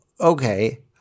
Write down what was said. okay